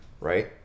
right